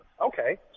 Okay